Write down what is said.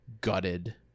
gutted